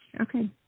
Okay